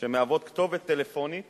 שמהוות כתובת טלפונית